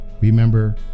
remember